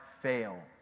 fail